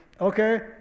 okay